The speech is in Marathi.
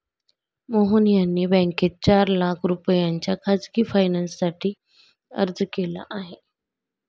मोहन यांनी बँकेत चार लाख रुपयांच्या खासगी फायनान्ससाठी अर्ज केला आहे